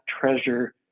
treasure